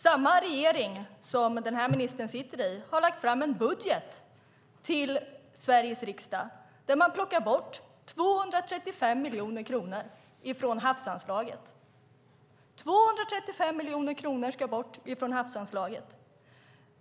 Samma regering som denna minister sitter i har lagt fram en budget till Sveriges riksdag där man plockar bort 235 miljoner kronor från havsanslaget. 235 miljoner kronor ska bort från havsanslaget.